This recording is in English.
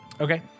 Okay